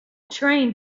train